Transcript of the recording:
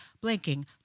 blinking